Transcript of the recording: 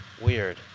weird